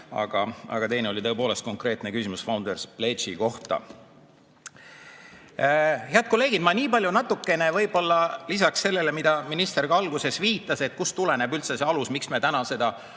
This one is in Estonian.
Aga teine oli tõepoolest konkreetne küsimus Founders Pledge'i kohta. Head kolleegid! Ma nii palju võib-olla lisaks sellele, mida minister ka alguses ütles, kust tuleneb üldse see alus, miks me täna seda